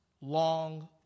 long